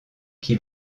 qui